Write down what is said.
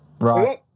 Right